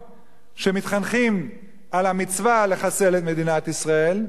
שמתחנכים על המצווה לחסל את מדינת ישראל,